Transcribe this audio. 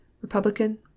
Republican